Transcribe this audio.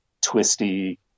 twisty